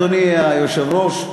אדוני היושב-ראש,